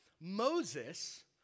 Moses